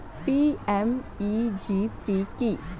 PMEGP কি?